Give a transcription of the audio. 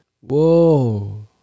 Whoa